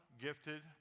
gifted